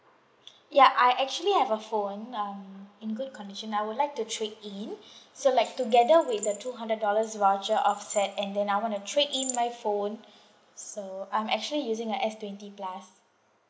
ya I actually have a phone um in good condition I would like to trade in so like together with the two hundred dollars voucher offset and then I want to trade in my phone so I'm actually using a S twenty plus